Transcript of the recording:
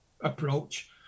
approach